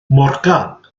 morgan